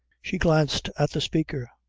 she glanced at the speaker,